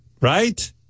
Right